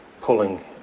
pulling